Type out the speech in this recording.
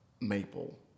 Maple